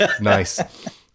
nice